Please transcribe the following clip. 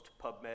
PubMed